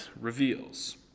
reveals